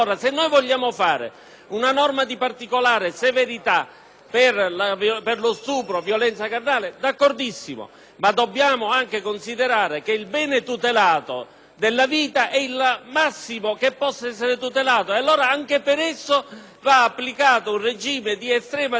per lo stupro e la violenza carnale, d'accordo, ma dobbiamo anche considerare che il bene della vita è il massimo che possa essere tutelato, quindi anche per esso va applicato un regime di estrema severità, come quello che applichiamo per la violenza carnale.